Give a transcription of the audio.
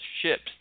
ships